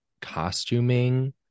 costuming